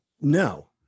No